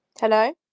Hello